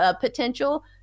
potential